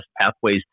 pathways